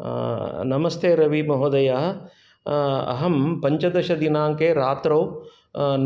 नमस्ते रविमहोदय अहं पञ्चदशदिनाङ्के रात्रौ